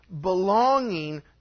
belonging